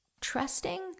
trusting